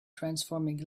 transforming